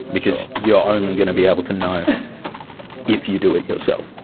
because you're only going to be able to know if you do it yourself.